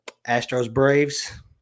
Astros-Braves